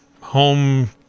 home